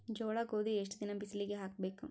ಜೋಳ ಗೋಧಿ ಎಷ್ಟ ದಿನ ಬಿಸಿಲಿಗೆ ಹಾಕ್ಬೇಕು?